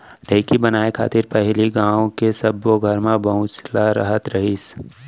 ढेंकी बनाय खातिर पहिली गॉंव के सब्बो घर म बसुला रहत रहिस